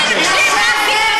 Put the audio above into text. אני מבקש לשבת.